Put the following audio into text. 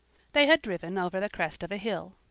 they had driven over the crest of a hill.